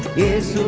is